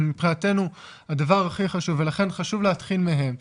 הם מבחינתנו הדבר הכי חשוב ולכן חשוב להתחיל מהם.